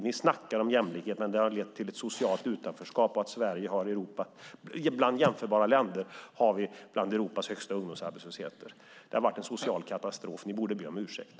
Ni snackar om jämlikhet, men det har lett till ett socialt utanförskap och att Sverige har ett av de högsta ungdomsarbetslöshetstalen bland jämförbara länder i Europa. Det har varit en social katastrof, och ni borde be om ursäkt.